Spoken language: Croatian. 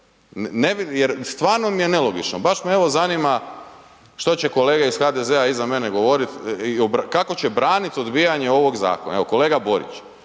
je stvarno mi je nelogično. Baš me evo zanima što će kolege iz HDZ-a iza mene govorit i kako će branit odbijanje ovog zakona, evo kolega Borić